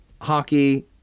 hockey